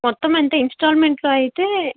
మొత్తము అంతా ఇన్స్టాల్మెంట్లో అయితే